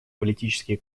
политические